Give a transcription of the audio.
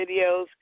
videos